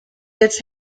its